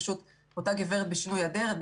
פשוט אותה גברת בשינוי אדרת,